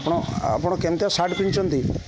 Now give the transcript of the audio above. ଆପଣ ଆପଣ କେମିତିଆ ସାର୍ଟ ପିନ୍ଧଛନ୍ତି